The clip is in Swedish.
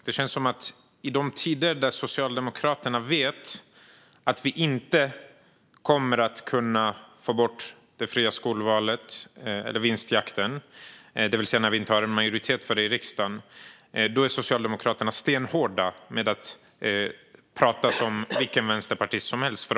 Det känns som att i de tider där Socialdemokraterna vet att vi inte kommer att kunna få bort det fria skolvalet eller vinstjakten, det vill säga när vi inte har majoritet för det i riksdagen, är Socialdemokraterna stenhårda och pratar som vilken vänsterpartist som helst.